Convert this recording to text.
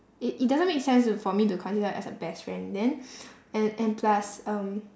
it it doesn't make sense to for me to consider her as a best friend then and and plus um